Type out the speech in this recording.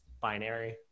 binary